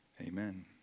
Amen